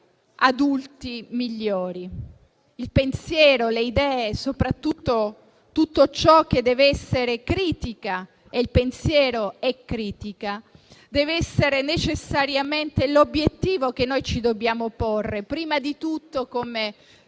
adulti migliori. Il pensiero, le idee e soprattutto tutto ciò che dev'essere critica (e il pensiero è critica) devono essere necessariamente l'obiettivo che ci dobbiamo porre, prima di tutto come